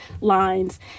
lines